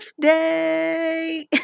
birthday